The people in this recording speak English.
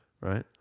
right